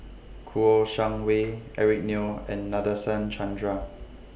Kouo Shang Wei Eric Neo and Nadasen Chandra